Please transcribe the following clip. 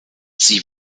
sie